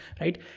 right